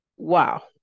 Wow